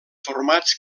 formats